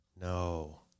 No